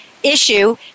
issue